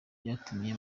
byatumye